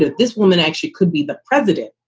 this woman actually could be the president.